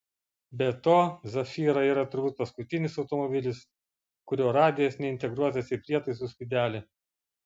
be to zafira yra turbūt paskutinis automobilis kurio radijas neintegruotas į prietaisų skydelį